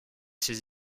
ses